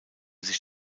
sich